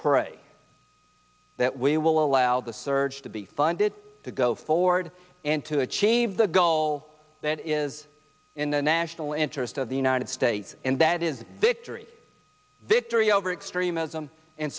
pray that we will allow the surge to be funded to go forward and to achieve the goal that is in the national interest of the united states and that is victory victory over extremism and